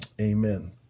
Amen